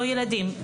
לא ילדים,